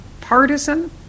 partisan